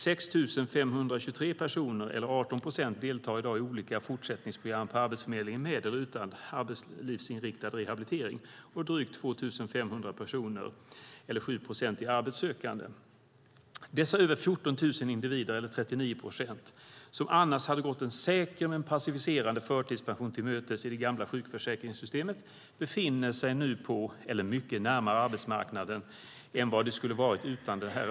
6 523 personer eller 18 procent deltar i dag i olika fortsättningsprogram på Arbetsförmedlingen med eller utan arbetslivsinriktad rehabilitering. Drygt 2 500 personer, eller 7 procent, är arbetssökande. Dessa över 14 000 individer, eller 39 procent, som annars hade gått en säker men passiviserande förtidspension till mötes i det gamla sjukförsäkringssystemet befinner sig nu på arbetsmarknaden eller mycket närmare den än vad de skulle ha varit utan reformen.